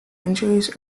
injuries